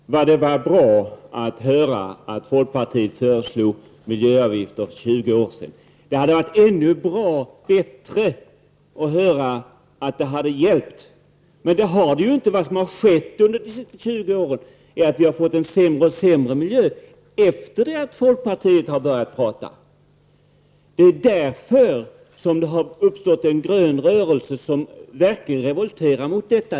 Herr talman! Det var bra att höra att folkpartiet föreslog miljöavgifter för 20 år sedan. Det hade varit ännu bättre om vi hade fått höra att det hade hjälpt, men det har det ju inte gjort. Vad som har skett under de 20 år som har gått sedan folkpartiet började tala om det här är att vi har fått en sämre och sämre miljö. Därför har det uppstått en grön rörelse som verkligen revolterar mot detta.